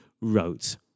wrote